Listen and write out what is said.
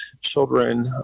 children